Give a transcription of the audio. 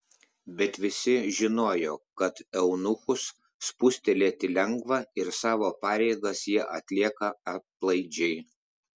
bet visi žinojo kad eunuchus spustelėti lengva ir savo pareigas jie atlieka aplaidžiai